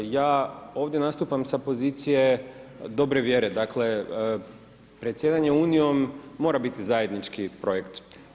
Ja ovdje nastupam sa pozicije dobre vjere, dakle predsjedanje Unijom mora biti zajednički projekt.